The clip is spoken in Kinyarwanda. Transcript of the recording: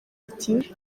ati